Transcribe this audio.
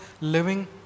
living